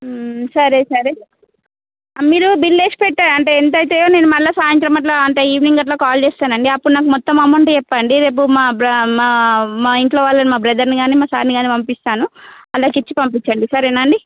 సరే సరే మీరు బిల్లు వేసి పెట్టే అంటే ఎంత అవుతాయో నేను మళ్ళా సాయంత్రం అట్లా అంటే ఈవెనింగ్ అట్లా కాల్ చేస్తాను అండి అప్పుడు నాకు మొత్తం అమౌంట్ చెప్పండి రేపు మా మా బ్ర మా మా ఇంట్లో వాళ్ళని మా బ్రదర్ని కానీ మా సార్ని కానీ పంపిస్తాను వాళ్ళకి ఇచ్చి పంపించండి సరేనా అండి